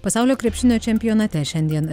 pasaulio krepšinio čempionate šiandien